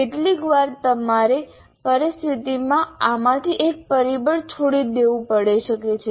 કેટલીકવાર તમારે પરિસ્થિતિમાં આમાંથી એક પરિબળ છોડી દેવું પડી શકે છે